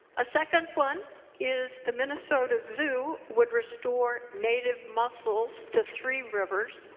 a second one is the minnesota zoo would restore native muscles to three rivers.